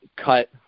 cut